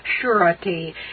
surety